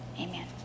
Amen